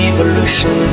Evolution